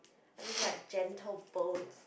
i just like gentle bones